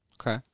Okay